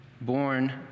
born